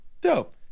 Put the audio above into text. dope